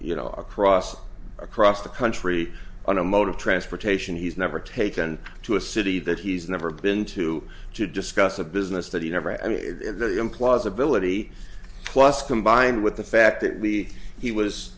you know across across the country on a mode of transportation he's never taken to a city that he's never been to to discuss a business that he never i mean implausibility plus combined with the fact that we he was